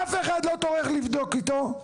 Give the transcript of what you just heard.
אף אחד לא טורח לבדוק איתו.